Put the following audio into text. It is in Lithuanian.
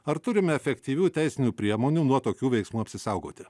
ar turime efektyvių teisinių priemonių nuo tokių veiksmų apsisaugoti